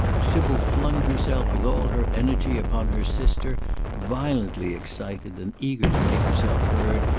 sybil flung herself with all her energy upon her sister violently excited, and eager to make herself heard,